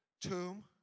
tomb